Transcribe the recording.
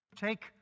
Take